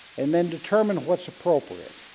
and then determine what's appropriate